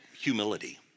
humility